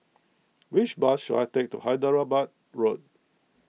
which bus should I take to Hyderabad Road